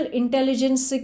intelligence